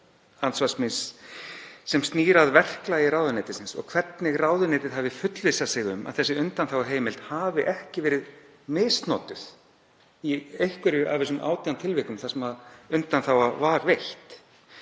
andsvars míns sem snýr að verklagi ráðuneytisins og hvernig ráðuneytið hafi fullvissað sig um að þessi undanþáguheimild hafi ekki verið misnotuð í einhverju af þessum 18 tilvikum þar sem undanþága var veitt.